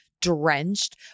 drenched